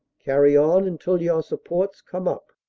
carryon until your supports come up.